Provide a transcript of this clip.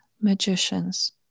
magicians